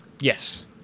Yes